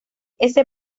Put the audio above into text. ese